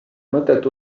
mõtet